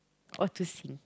or to sing